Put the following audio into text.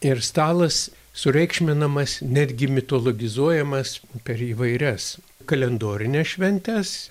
ir stalas sureikšminamas netgi mitologizuojamas per įvairias kalendorines šventes